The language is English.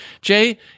Jay